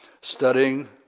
studying